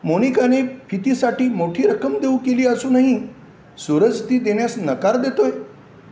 मोनिकाने फितीसाठी मोठी रक्कम देऊ केली असूनही सूरज ती देण्यास नकार देतो आहे